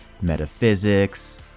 metaphysics